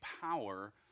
power